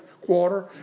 quarter